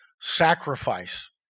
sacrifice